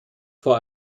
vor